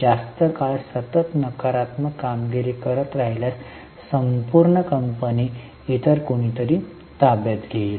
जास्त काळ सतत नकारात्मक कामगिरी करत राहिल्यास संपूर्ण कंपनी इतर कुणीतरी ताब्यात घेईल